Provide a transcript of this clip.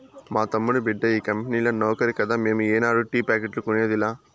మా తమ్ముడి బిడ్డ ఈ కంపెనీల నౌకరి కదా మేము ఏనాడు టీ ప్యాకెట్లు కొనేదిలా